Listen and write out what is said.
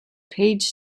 page